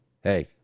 Hey